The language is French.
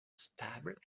stable